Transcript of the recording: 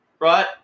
Right